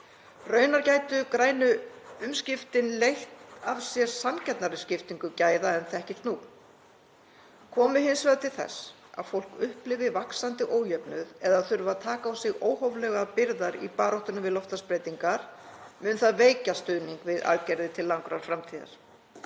Raunar gætu grænu umskiptin leitt af sér sanngjarnari skiptingu gæða en þekkist nú. Komi hins vegar til þess að fólk upplifi vaxandi ójöfnuð eða þurfi að taka á sig óhóflegar byrðar í baráttunni við loftslagsbreytingar mun það veikja stuðning við aðgerðir til langrar framtíðar.